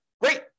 Great